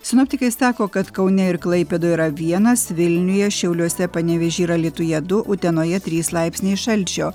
sinoptikai sako kad kaune ir klaipėdoje yra vienas vilniuje šiauliuose panevėžyje ir alytuje du utenoje trys laipsniai šalčio